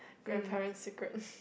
grandparents secret